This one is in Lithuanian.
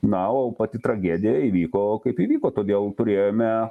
na o pati tragedija įvyko kaip įvyko todėl turėjome